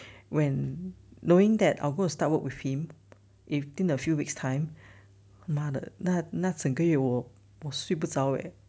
when knowing that I'm gonna start work with him within a few weeks time 妈的那那整个月我睡不着 eh